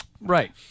Right